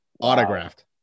autographed